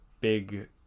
big